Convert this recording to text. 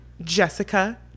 Jessica